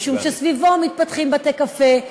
משום שסביבו מתפתחים בתי-קפה,